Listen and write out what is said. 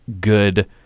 good